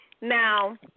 Now